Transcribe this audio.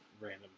random